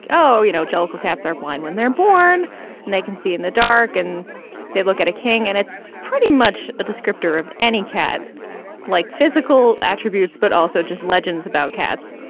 oh, you know, jellicoe cats are blind when they're born and they can see in the dark and they look at a king. and it's pretty much a descriptor of any cat like physical attributes, but also just legends about cats.